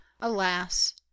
alas